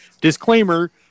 Disclaimer